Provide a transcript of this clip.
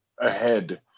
ahead